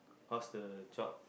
how's the job